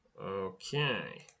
Okay